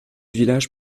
village